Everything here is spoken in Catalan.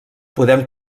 podem